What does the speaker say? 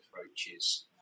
approaches